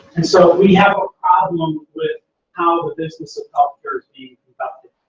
and so we have a problem with how the business of healthcare is being conducted.